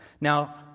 Now